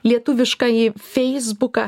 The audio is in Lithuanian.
lietuviškąjį feisbuką